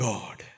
God